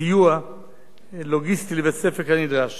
סיוע לוגיסטי לבית-ספר כנדרש.